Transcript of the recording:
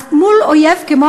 אז מול אויב כמו